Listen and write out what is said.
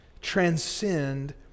transcend